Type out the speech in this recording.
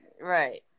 right